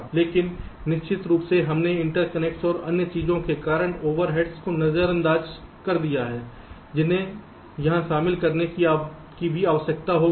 लेकिन निश्चित रूप से हमने इंटरकनेक्ट और अन्य चीजों के कारण ओवरहेड्स को नजरअंदाज कर दिया है जिन्हें यहां शामिल करने की भी आवश्यकता होगी